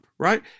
right